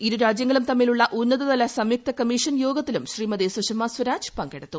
ഇരു രാജ്യങ്ങളും തമ്മിലുള്ള ഉന്നത തല സംയുക്ത കമ്മീഷൻ യോഗത്തിലും ശ്രീമതി സുഷമ സ്വരാജ് പങ്കെടുത്തു